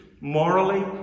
morally